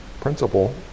principle